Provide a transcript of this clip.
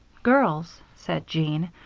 girls, said jean,